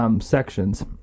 sections